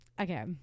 okay